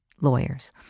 lawyers